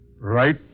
right